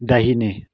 दाहिने